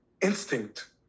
instinct